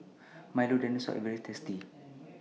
Milo Dinosaur IS very tasty